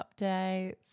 updates